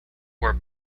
were